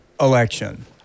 election